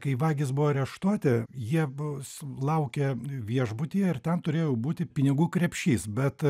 kai vagys buvo areštuoti jie bus laukė viešbutyje ir ten turėjo būti pinigų krepšys bet